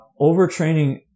Overtraining